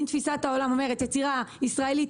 אם תפיסת העולם אומרת שיצירה ישראלית